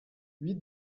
huit